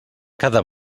cada